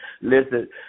Listen